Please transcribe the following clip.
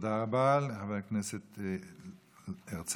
תודה רבה לחבר הכנסת הרצנו.